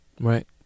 right